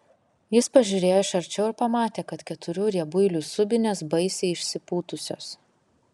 jis pažiūrėjo iš arčiau ir pamatė kad keturių riebuilių subinės baisiai išsipūtusios